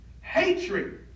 hatred